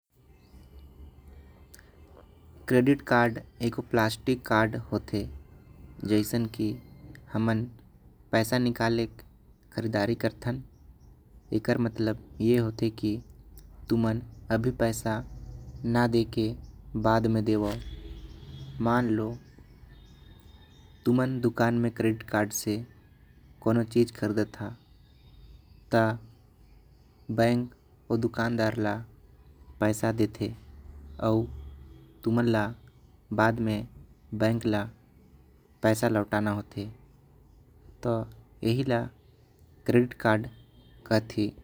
Credit card एक plastic card होते। जैसे की हमन पैसा निकले के खरीदारी करतन। एकर मतलब ए होते की तुमान अभी पैसा न देके। बाद में देवो तुमान दुकान में क्रेडिट कार्ड से कोनो चीज खरीदा ह। बैंक वो दुकान दार ल पैसा देते बाद म तुमान ल। बैंक म प्यास लौटाया बार होते यही ल क्रेडिट कार्ड कहते।